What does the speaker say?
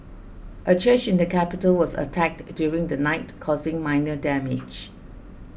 a church in the capital was attacked during the night causing minor damage